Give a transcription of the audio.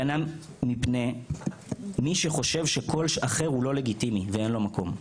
הגנה מפני מי שחושב שקול אחר הוא לא לגיטימי ואין לו מקום.